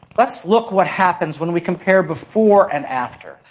let's look what happens when we compare before and after.